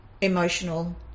emotional